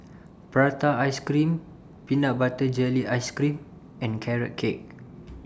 Prata Ice Cream Peanut Butter Jelly Ice Cream and Carrot Cake